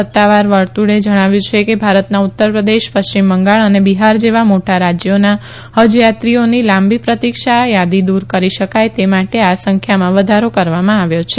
સત્તાવાર વર્તુળે જણાવ્યું છે કે ભારતના ઉત્તર પ્રદેશ પશ્ચિમ બંગાળ અને બિહાર જેવા મોટા રાજયોના ફજ યાત્રાઓની લાંબી પ્રતિક્ષા યાદી દુર કરી શકાય તે માટે આ સંખ્યામાં વધારો કરવામાં આવ્યો છે